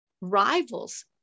rivals